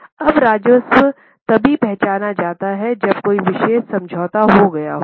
अब राजस्व तभी पहचाना जाता है जब कोई विशेष समझौता हो गया हो